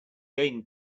gain